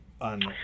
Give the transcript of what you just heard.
on